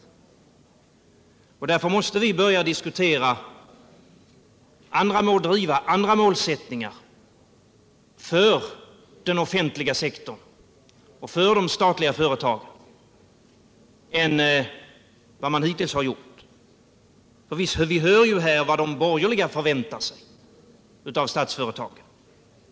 Därför måste vi börja diskutera och driva andra målsättningar för den offentliga sektorn och för de statliga företagen än vad man hittills har haft. Vi hör ju här vad de borgerliga förväntar sig av statsföretagen.